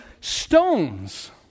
stones